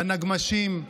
בנגמ"שים,